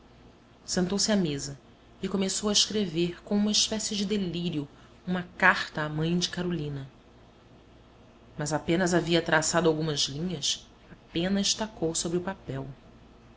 sentou-se à mesa e começou a escrever com uma espécie de delírio uma carta à mãe de carolina mas apenas havia traçado algumas linhas a pena estacou sobre o papel